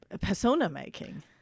persona-making